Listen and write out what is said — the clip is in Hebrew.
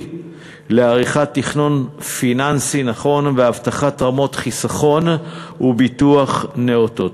לעריכת תכנון פיננסי נכון והבטחת רמות חיסכון וביטוח נאותות.